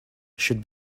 should